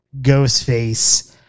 Ghostface